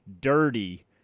dirty